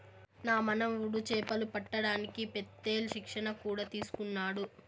నా మనుమడు చేపలు పట్టడానికి పెత్తేల్ శిక్షణ కూడా తీసుకున్నాడు